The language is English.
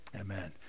Amen